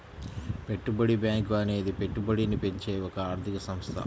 పెట్టుబడి బ్యాంకు అనేది పెట్టుబడిని పెంచే ఒక ఆర్థిక సంస్థ